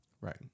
Right